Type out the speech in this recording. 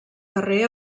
carrer